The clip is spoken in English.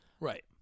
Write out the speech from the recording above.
Right